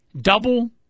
double